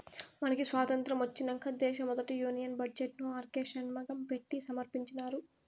మనకి సాతంత్రం ఒచ్చినంక దేశ మొదటి యూనియన్ బడ్జెట్ ను ఆర్కే షన్మగం పెట్టి సమర్పించినారు